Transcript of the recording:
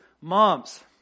moms